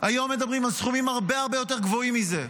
היום מדברים על סכומים הרבה יותר גבוהים מזה.